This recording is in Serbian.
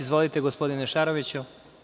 Izvolite, gospodine Šaroviću.